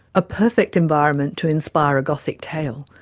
a perfect environment to inspire a gothic tale,